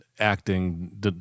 Acting